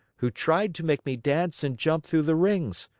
who tried to make me dance and jump through the rings.